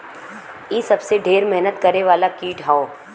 इ सबसे ढेर मेहनत करे वाला कीट हौ